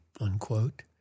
unquote